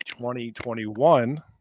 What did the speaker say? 2021